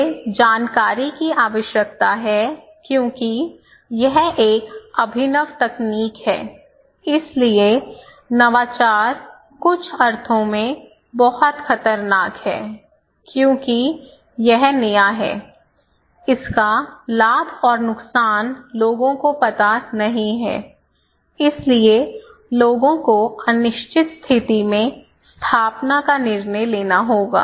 मुझे जानकारी की आवश्यकता है क्योंकि यह एक अभिनव तकनीक है इसलिए नवाचार कुछ अर्थों में बहुत खतरनाक है क्योंकि यह नया है इसका लाभ और नुकसान लोगों को पता नहीं है इसलिए लोगों को अनिश्चित स्थिति में स्थापना का निर्णय लेना होगा